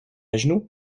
genoux